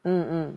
mm mm